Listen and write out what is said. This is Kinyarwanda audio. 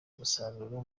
umusaruro